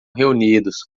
reunidos